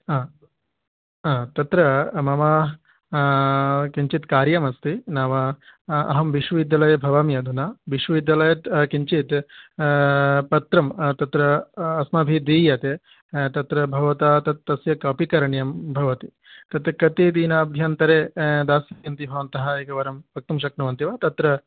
हा हा तत्र मम किञ्चित् कार्यमस्ति नाम अहं विश्वविद्यालये भवामि अधुना विश्वविद्यालयात् किञ्चत् पत्रं तत्र अस्माभिः दीयते तत्र भवता तत् तस्य कापि करणीयं भवति तत् कति दिनाभ्यन्तरे दास्यन्ति भवन्तः एकवारं वक्तुं शक्नुवन्ति वा तत्र